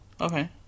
Okay